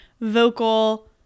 vocal